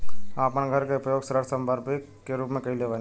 हम आपन घर के उपयोग ऋण संपार्श्विक के रूप में कइले बानी